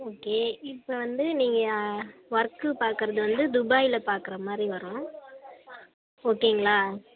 okay இப்போ வந்து நீங்கள் ஒர்க்கு பார்க்கறது வந்து துபாயில் பார்க்கற மாதிரி வரும் ஓகேங்களா